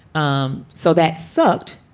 um so that sucked.